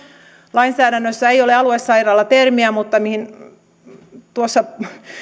lainsäädännössä ei ole aluesairaala termiä niin kuin tuossa